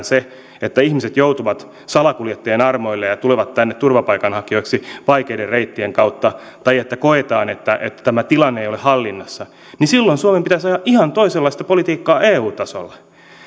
se että ihmiset joutuvat salakuljettajien armoille ja ja tulevat tänne turvapaikanhakijoiksi vaikeiden reittien kautta tai jos koetaan että että tämä tilanne ei ole hallinnassa niin silloin suomen pitäisi ajaa ihan toisenlaista politiikkaa eu tasolla